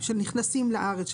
שנכנסים לארץ,